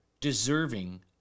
deserving